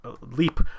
leap